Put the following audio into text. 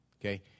Okay